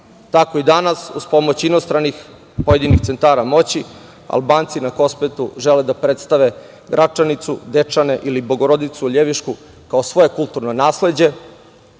Tako i danas uz pomoć inostranih pojedinih centara moći Albanci na Kosmetu žele da predstave Gračanicu, Dečane ili Bogorodicu Ljevišku, kao svoje kulturno nasleđe,